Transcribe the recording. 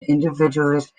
individualist